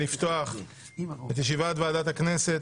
לפתוח את ישיבת ועדת הכנסת.